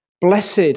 Blessed